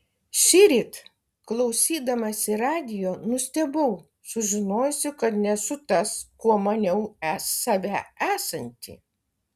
šįryt klausydamasi radijo nustebau sužinojusi kad nesu tas kuo maniau save esanti